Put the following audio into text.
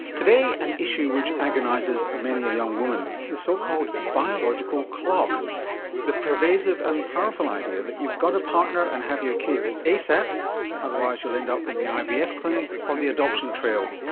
today an issue which agonises many a young woman, the so-called biological clock the pervasive and powerful idea that you've got to partner and have your kids asap otherwise you'll end up in the ivf clinic or the adoption trail.